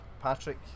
Patrick